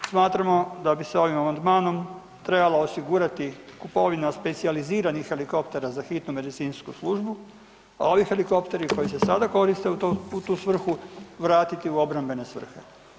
Smatramo da bi se ovim amandmanom trebala osigurati kupovina specijaliziranih helikoptera za Hitnu medicinsku službu, a ovi helikopteri koji se sada koriste u tu svrhu vratiti u obrambene svrhe.